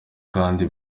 kandi